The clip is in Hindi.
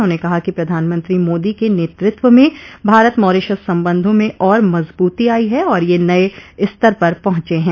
उन्होंने कहा कि प्रधानमंत्री मोदी के नेतृत्व में भारत मॉरीशस संबंधों में और मजबूती आयी है और ये नये स्तर पर पहुंचे हैं